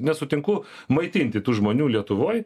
nesutinku maitinti tų žmonių lietuvoj